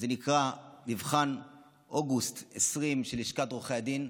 שנקרא "מבחן אוגוסט 20'", של לשכת עורכי הדין,